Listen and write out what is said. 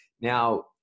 Now